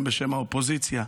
גם בשם האופוזיציה,